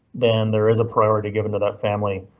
then there is a priority given to that family.